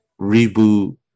reboot